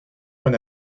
when